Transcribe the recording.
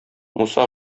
муса